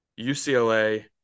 ucla